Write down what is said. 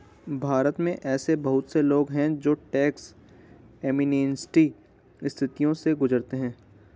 भारत में ऐसे बहुत से लोग हैं जो टैक्स एमनेस्टी स्थितियों से गुजरते हैं